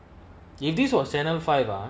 if this was sanum fibre